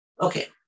Okay